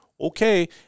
okay